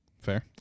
Fair